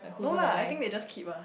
no lah I think they just keep ah